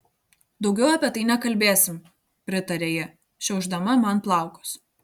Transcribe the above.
daugiau apie tai nekalbėsim pritarė ji šiaušdama man plaukus